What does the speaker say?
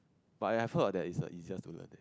but I have heard of that it's the easiest to learn